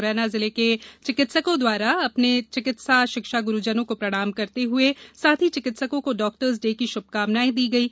मुरैना जिला के चिकित्सकों द्वारा अपने चिकित्सा शिक्षा गुरूजनों को प्रणाम करते करते हुये साथी चिकित्सकों को डाक्टर्स डे की शुभकामनाऐं दीं